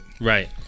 Right